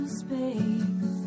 space